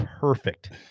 perfect